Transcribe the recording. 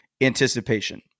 anticipation